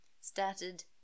started